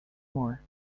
more